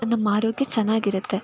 ನಮ್ಮ ಆರೋಗ್ಯ ಚೆನ್ನಾಗಿರುತ್ತೆ